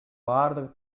бардык